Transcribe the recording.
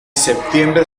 septiembre